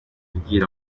ibwira